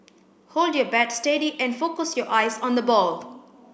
hold your bat steady and focus your eyes on the ball